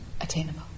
attainable